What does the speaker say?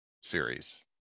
series